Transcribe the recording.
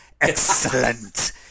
excellent